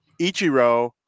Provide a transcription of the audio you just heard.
Ichiro